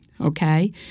okay